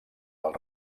del